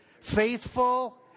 faithful